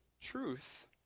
truth